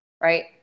right